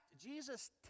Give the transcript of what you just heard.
Jesus